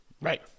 Right